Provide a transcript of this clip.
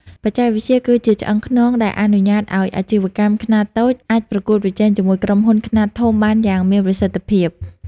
បច្ចេកវិទ្យាគឺជាឆ្អឹងខ្នងដែលអនុញ្ញាតឱ្យអាជីវកម្មខ្នាតតូចអាចប្រកួតប្រជែងជាមួយក្រុមហ៊ុនខ្នាតធំបានយ៉ាងមានប្រសិទ្ធភាព។